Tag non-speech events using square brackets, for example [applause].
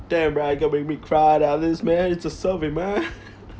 damn bro you're going to make me cry like this man it's a survey man [laughs]